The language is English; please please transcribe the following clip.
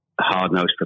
hard-nosed